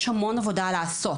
יש המון עבודה לעשות.